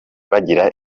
bagira